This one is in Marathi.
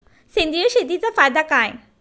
सेंद्रिय शेतीचा फायदा काय?